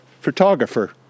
photographer